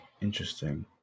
interesting